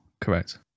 Correct